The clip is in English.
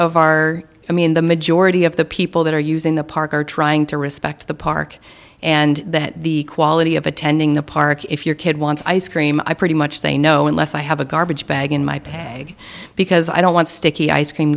of our i mean the majority of the people that are using the park are trying to respect the park and that the quality of attending the park if your kid wants ice cream i pretty much say no unless i have a garbage bag in my pag because i don't want sticky ice cream